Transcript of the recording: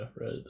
right